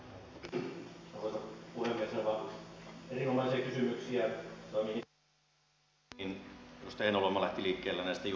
ensinnäkin edustaja heinäluoma lähti liikkeelle näistä juurisyistä